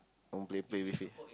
don't play play with it